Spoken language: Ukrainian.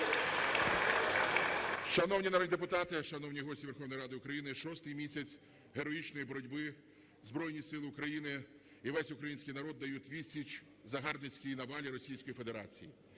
Шановні народні депутати, шановні гості Верховної Ради України, шостий місяць героїчної боротьби Збройні Сили України і весь український народ дають відсіч загарбницькій навалі Російської Федерації.